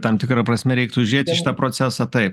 tam tikra prasme reiktų žiūrėt į šitą procesą taip